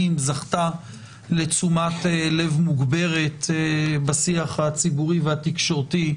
וזכתה לתשומת לב מוגברת בשיח הציבורי והתקשורתי,